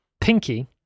pinky